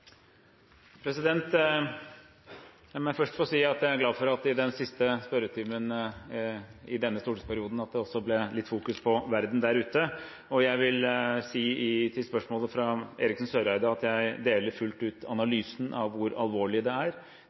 meg først få si at jeg er glad for at det i den siste spørretimen i denne stortingsperioden også ble litt fokus på verden der ute. Og jeg vil si til spørsmålet fra Eriksen Søreide at jeg deler fullt ut analysen av hvor alvorlig det er.